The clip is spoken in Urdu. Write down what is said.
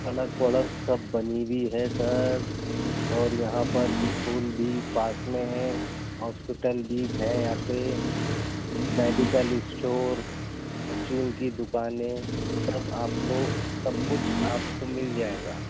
سڑک وڑک سب بنی ہوئی ہے سر اور یہاں پر اسکول بھی پاس میں ہے ہاسپٹل بھی ہے یہاں پہ میڈکل اسٹور پرچوں کی دُکانیں سب آپ کو سب کچھ آپ کو مل جائے گا